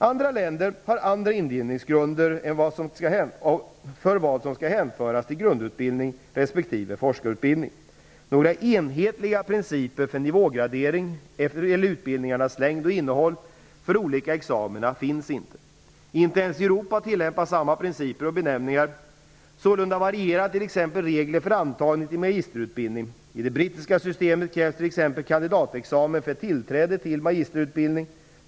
Andra länder har andra indelningsgrunder för vad som skall hänföras till grundutbildning respektive forskarutbildning. Några enhetliga principer för nivågradering eller utbildningars längd och innehåll för olika examina finns inte. Inte ens i Europa tillämpas samma principer och benämningar. Sålunda varierar t.ex. regler för antagning till magisterutbildning. I det brittiska systemet krävs t.ex. kandidatexamen för tillträde till magisterutbildning.